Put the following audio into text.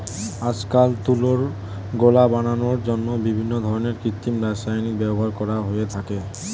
আজকাল তুলোর গোলা বানানোর জন্য বিভিন্ন ধরনের কৃত্রিম রাসায়নিকের ব্যবহার করা হয়ে থাকে